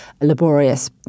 laborious